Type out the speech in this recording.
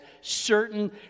certain